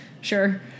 Sure